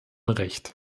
recht